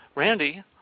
Randy